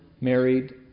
married